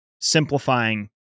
simplifying